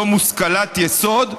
מושכל יסוד,